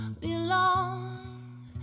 belong